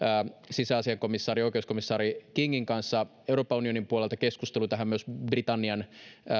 sisäasiain ja oikeuskomissaari kingin kanssa euroopan unionin puolelta keskusteluita hän myös britannian